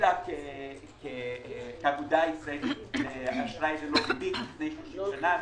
התחילה כאגודה ישראלית לפני 30 שנה.